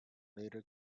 later